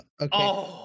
Okay